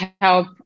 help